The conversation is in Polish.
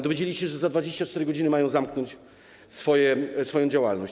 Dowiedzieli się, że za 24 godziny mają zamknąć swoją działalność.